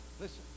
listen